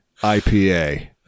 IPA